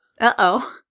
Uh-oh